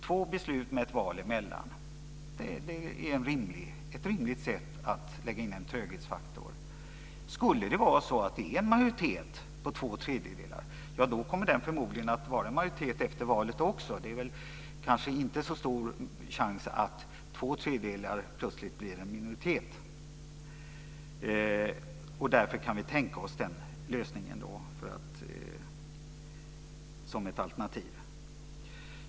Två beslut med ett val emellan är ett rimligt sätt att lägga in en tröghetsfaktor. Skulle det vara en majoritet på två tredjedelar, så kommer det förmodligen att vara en majoritet efter valet också. Det är väl inte så stor chans att två tredjedelar plötsligt blir en minoritet. Därför kan vi tänka oss den lösningen som ett alternativ.